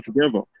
together